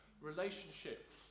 relationship